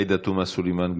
עאידה תומא סלימאן,